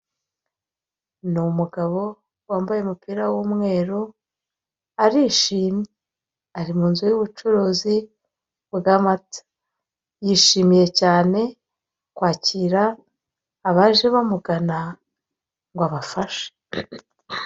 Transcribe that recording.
Ni umugabo wambaye umupira w'umweru arishimye ari mu nzu y'ubucuruzi bw'amata yishimiye cyane kwakira abaje bamugana ngo abafashe.